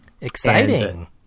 Exciting